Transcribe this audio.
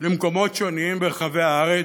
למקומות שונים ברחבי הארץ.